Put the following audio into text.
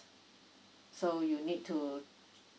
so you need to